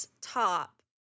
top